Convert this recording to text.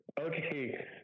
Okay